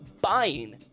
buying